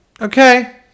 okay